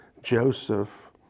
Joseph